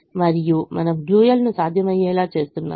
మరియు మనము డ్యూయల్ను సాధ్యమయ్యేలా చేస్తున్నాము